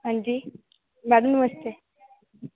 अंजी मैडम नमस्ते